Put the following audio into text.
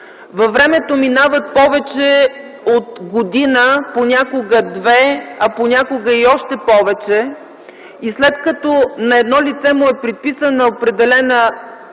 Във времето минават повече от година, понякога две, а понякога и още повече и след като на едно лице му е предписан определен процент